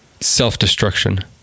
self-destruction